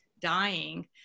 dying